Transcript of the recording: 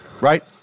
Right